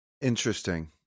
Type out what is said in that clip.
Interesting